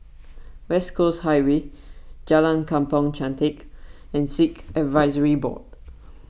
West Coast Highway Jalan Kampong Chantek and Sikh Advisory Board